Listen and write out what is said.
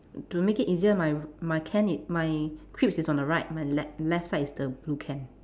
to make it easier my my can is my crisps is on the right my le~ left side is the blue can